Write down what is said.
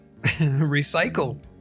Recycle